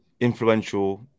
influential